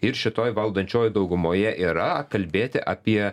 ir šitoj valdančiojoj daugumoje yra kalbėti apie